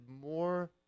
more